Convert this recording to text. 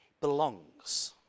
belongs